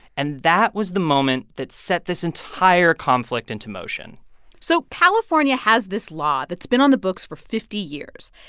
and that was the moment that set this entire conflict into motion so california has this law that's been on the books for fifty years.